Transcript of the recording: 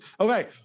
Okay